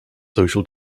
social